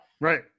Right